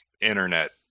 internet